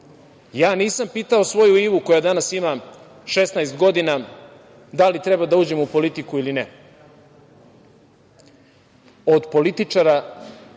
nisam pitao svoju Ivu, koja danas ima 16 godina, da li treba da uđem u politiku ili ne. Oni